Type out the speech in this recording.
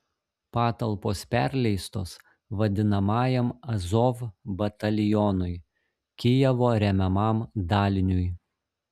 patalpos perleistos vadinamajam azov batalionui kijevo remiamam daliniui